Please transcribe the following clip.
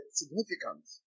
significance